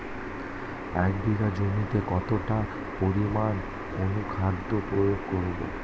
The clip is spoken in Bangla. এক বিঘা জমিতে কতটা পরিমাণ অনুখাদ্য প্রয়োগ করব?